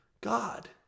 God